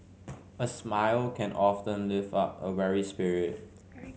a smile can often lift up a weary spirit